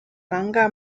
manga